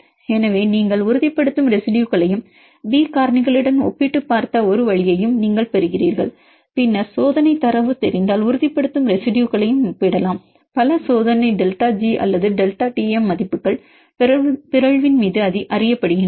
எனவே நீங்கள் உறுதிப்படுத்தும் ரெசிடுயுகளையும் பி காரணிகளுடன் ஒப்பிட்டுப் பார்த்த ஒரு வழியையும் நீங்கள் பெறுகிறீர்கள் பின்னர் சோதனை தரவு தெரிந்தால் உறுதிப்படுத்தும் ரெசிடுயுகளையும் ஒப்பிடலாம் பல சோதனை டெல்டா ஜி அல்லது டெல்டா டிஎம் மதிப்புகள் பிறழ்வின் மீது அறியப்படுகின்றன